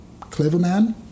Cleverman